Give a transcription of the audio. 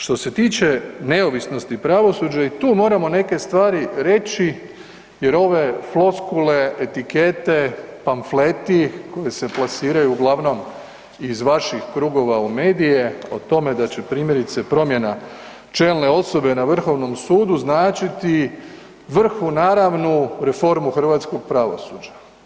Što se tiče neovisnosti pravosuđa, i tu moramo neke stvari reći jer ove floskule, etikete, pamfleti koji se plasiraju uglavnom iz vaših krugova u medije, o tome da će, primjerice, promjena čelne osobe na Vrhovnom sudu značiti ... reformu hrvatskog pravosuđa.